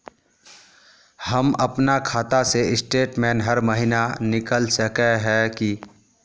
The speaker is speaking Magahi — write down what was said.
हम अपना खाता के स्टेटमेंट हर महीना निकल सके है की?